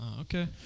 Okay